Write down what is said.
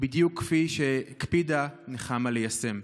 בדיוק כפי שהקפידה נחמה ליישם.